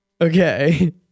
Okay